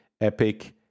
Epic